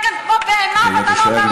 כאן כמו בהמה ואתה לא אומר לו כלום?